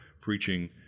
preaching